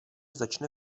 začne